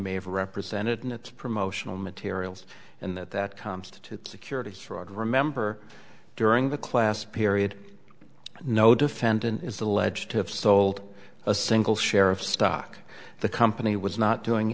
may have represented in its promotional materials and that that constitutes securities fraud remember during the class period no defendant is alleged to have sold a single share of stock the company was not doing